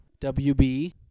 WB